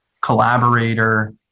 collaborator